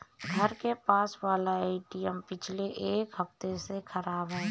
घर के पास वाला एटीएम पिछले एक हफ्ते से खराब है